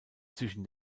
zwischen